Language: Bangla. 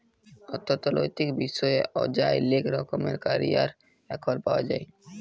অথ্থলৈতিক বিষয়ে অযায় লেক রকমের ক্যারিয়ার এখল পাউয়া যায়